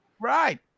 Right